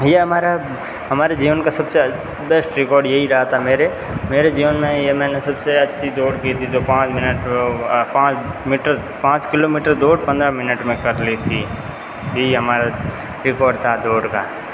यह हमारा हमारे जीवन का सब से बेस्ट रिकॉर्ड यही रहा था मेरे मेरे जीवन मे ये मैंने सब से अच्छी दौड़ की थी जो पाँच मिनट पाँच मीटर पाँच किलोमीटर दौड़ पन्द्रह मिनट में कर ली थी यही हमारा रिकॉर्ड था दौड़ का